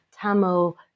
Tamil